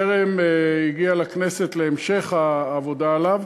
טרם הגיע לכנסת להמשך העבודה עליו,